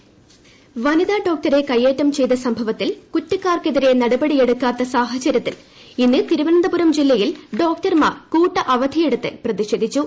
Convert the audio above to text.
doctor സമരം വനിതാ ഡോക്ടറെ കയ്യേറ്റം ചെയ്ത സ്ട്ട്ട്വ്ത്തിൽ കുറ്റക്കാർക്കെതിരെ നടപടിയെടുക്കാത്ത സാഹചര്യത്തിൽ ഇന്ന് തിരുവനന്തപുരം ജില്ലയിൽ ഡോക്ടർമാർ കൂട്ട അവഗ്ഗിയെടുത്ത് പ്രതിഷേധിച്ചു